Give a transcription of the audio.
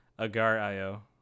Agar.io